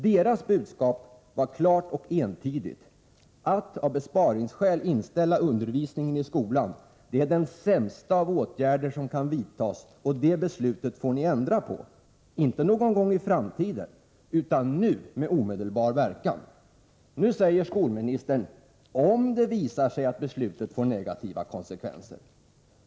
Deras budskap var klart och entydigt: att av besparingsskäl inställa undervisningen i skolan är den sämsta av åtgärder som kan vidtas, och det beslutet får ni ändra på —- inte — Nr 7 någon gång i framtiden, utan nu med omedelbar verkan. Torsdagen den Nu säger skolministern: ”Om det skulle visa sig”att beslutet får negativa — 11 oktober 1984 konsekvenser.